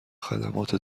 خدمات